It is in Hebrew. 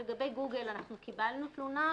-- לגבי גוגל אנחנו קיבלנו תלונה.